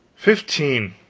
fifteen!